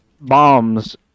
bombs